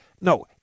no